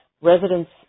residents